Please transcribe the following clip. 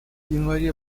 январе